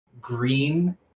green